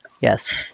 Yes